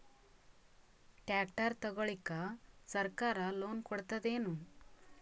Tractor ತಗೊಳಿಕ ಸರ್ಕಾರ loan ಕೊಡತದೇನು?